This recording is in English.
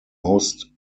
most